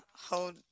hold